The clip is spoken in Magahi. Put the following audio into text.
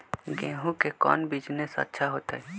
गेंहू के कौन बिजनेस अच्छा होतई?